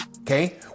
okay